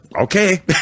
okay